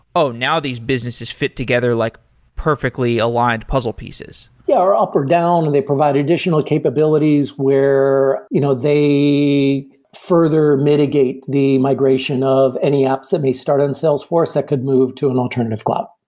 oh! now these businesses fit together, like perfectly aligned puzzle pieces. yeah, or up or down and they provide additional capabilities where you know they further mitigate the migration of any apps and they start in salesforce that could move to an alternative cloud.